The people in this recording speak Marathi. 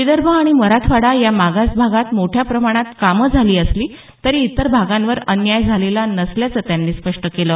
विदर्भ आणि मराठवाडा या मागास भागांत मोठ्या प्रमाणात कामं झाली असली तरी इतर भागांवर अन्याय झालेला नसल्याचं त्यांनी स्पष्ट केलं